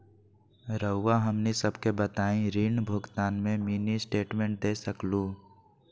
रहुआ हमनी सबके बताइं ऋण भुगतान में मिनी स्टेटमेंट दे सकेलू?